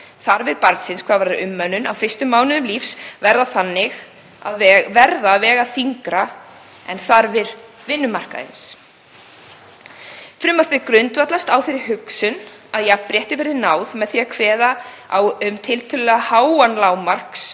Þarfir barnsins hvað varðar umönnun á fyrstu mánuðum lífs verða þannig að vega þyngra en þarfir vinnumarkaðarins. Frumvarpið grundvallast á þeirri hugsun að jafnrétti verði náð með því að kveða á um tiltölulega háan lágmarks-